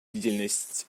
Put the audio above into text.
бдительность